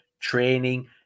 training